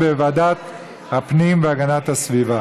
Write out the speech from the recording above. לוועדת הפנים והגנת הסביבה